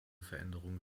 veränderung